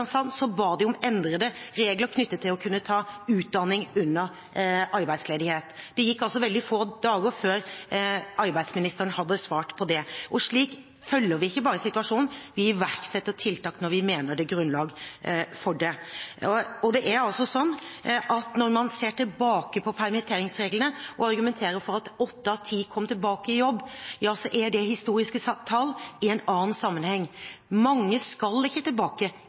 ba de om endrede regler knyttet til å kunne ta utdanning under arbeidsledighet. Det gikk veldig få dager før arbeidsministeren hadde svart på det. Slik følger vi ikke bare situasjonen, vi iverksetter tiltak når vi mener det er grunnlag for det. Når man ser tilbake på permitteringsreglene og argumenterer for at åtte av ti kom tilbake i jobb, er det historiske tall i en annen sammenheng. Mange skal ikke tilbake